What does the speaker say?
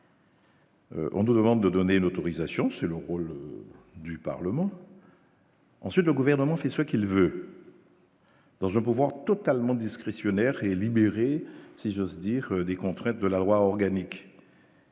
On nous demande de donner l'autorisation selon rôle du Parlement. Ensuite, le gouvernement, c'est ce qu'il veut. Dans pouvoir totalement discrétionnaire et libéré, si j'ose dire, des contraintes de la loi organique.